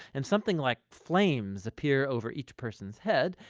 and something like flames appear over each person's head,